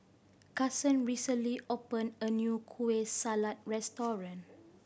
Kasen recently opened a new Kueh Salat restaurant